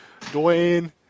Dwayne